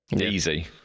Easy